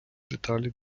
деталі